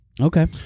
Okay